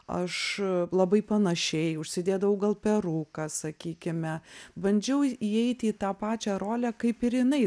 aš labai panašiai užsidėdavau gal peruką sakykime bandžiau įeit į tą pačią rolę kaip ir jinai